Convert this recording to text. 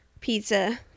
pizza